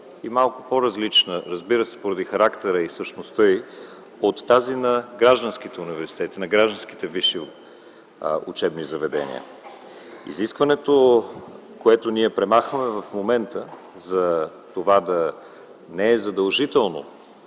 и малко по-различна, разбира се, поради характера и същността й, от тази на гражданските университети, на гражданските висши учебни заведения. Изискването, което ние премахваме в момента - да не е задължително